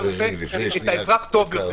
אתה עושה את האזרח טוב יותר.